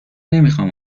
نمیخام